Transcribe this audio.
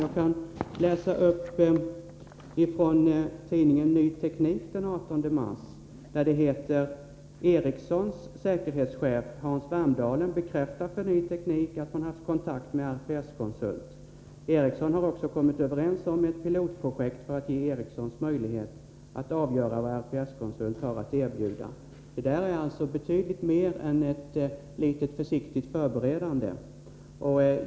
Jag kan t.ex. läsa upp ett avsnitt ur en artikel i tidningen Ny Teknik från den 18 mars: ”Ericssons säkerhetschef Hans Wermdalen bekräftar för Ny Teknik att man haft kontakt med RPS-konsult. Ericsson har också kommit överens om ett pilotprojekt” för att ge Ericsson möjlighet att avgöra vad RPS-konsult har att erbjuda.” Det rör sig alltså om betydligt mer än försiktiga förberedelser.